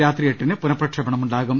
രാത്രി എട്ടിന് പുനഃപ്ര ക്ഷേപണമുണ്ടാകും